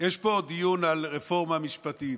יש פה דיון על רפורמה משפטית,